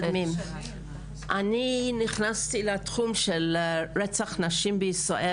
אני נכנסתי לתחום של רצח נשים בישראל